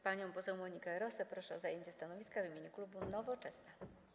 Panią poseł Monikę Rosę proszę o zajęcie stanowiska w imieniu klubu Nowoczesna.